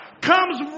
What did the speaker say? comes